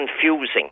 confusing